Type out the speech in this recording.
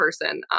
person